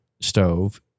stove